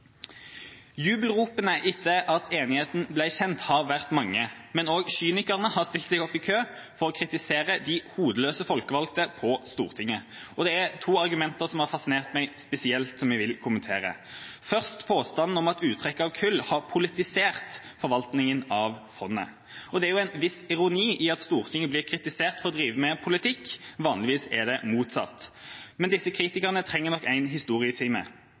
Jubelropene etter at enigheten ble kjent, har vært mange, men kynikerne har stilt seg i kø for å kritisere de hodeløse folkevalgte på Stortinget. Det er to argumenter som har fascinert meg spesielt, og som jeg vil kommentere – først påstanden om at uttrekket av kull har politisert forvaltninga av fondet. Det er jo en viss ironi i at Stortinget blir kritisert for å drive med politikk; vanligvis er det motsatt. Men disse kritikerne trenger nok en historietime: